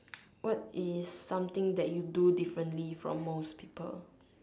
what is something that you do differently from most people